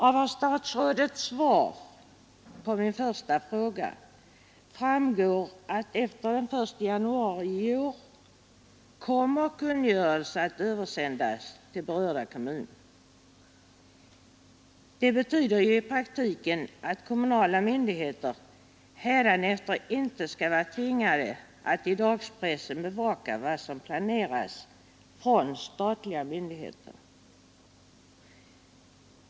Av herr statsrådets svar på min första fråga framgår att efter den 1 januari i år kommer kungörelse att översändas till berörda kommuner. Detta betyder ju i praktiken att kommunala myndigheter hädanefter inte skall vara tvingade att i dagspressen bevaka vad som planeras av statliga myndigheter.